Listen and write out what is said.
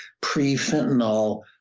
pre-fentanyl